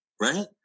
Right